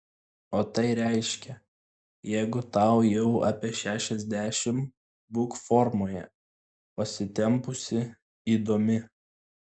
o tai reiškia jeigu tau jau apie šešiasdešimt būk formoje pasitempusi įdomi